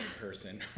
person